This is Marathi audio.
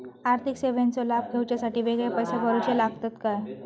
आर्थिक सेवेंचो लाभ घेवच्यासाठी वेगळे पैसे भरुचे लागतत काय?